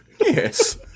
yes